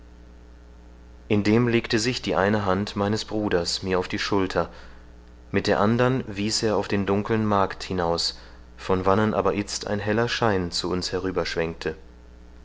indem legte sich die eine hand meines bruders mir auf die schulter mit der andern wies er auf den dunkeln markt hinaus von wannen aber itzt ein heller schein zu uns